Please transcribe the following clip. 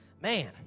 man